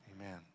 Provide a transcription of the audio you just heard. Amen